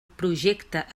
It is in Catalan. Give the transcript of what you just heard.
projecte